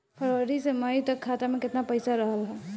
फरवरी से मई तक खाता में केतना पईसा रहल ह?